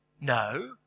no